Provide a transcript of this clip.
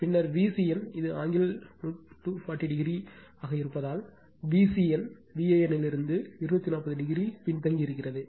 பின்னர் Vcn இது angle 240o ஆக இருப்பதால் Vcn Van இலிருந்து 240o பின்தங்கியிருக்கிறது